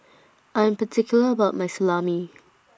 I'm particular about My Salami